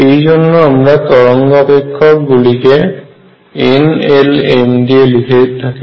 এই জন্য আমরা তরঙ্গ অপেক্ষক গুলিকে n l এবং m দিয়ে লিখি